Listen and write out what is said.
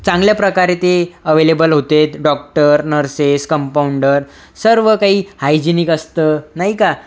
चांगल्या प्रकारे ते अव्हेलेबल होते डॉक्टर नर्सेस कंपाउंडर सर्व काही हायजिनिक असतं नाही का